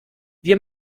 wir